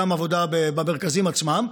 גם עבודה במרכזים עצמם,